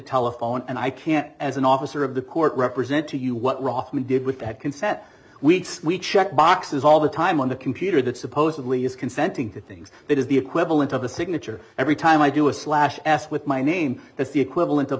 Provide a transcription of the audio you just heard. telephone and i can't as an officer of the court represent to you what roffman did with that consent weeks we check boxes all the time on the computer that supposedly is consenting to things that is the equivalent of a signature every time i do a slash asked with my name that's the equivalent of